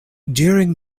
during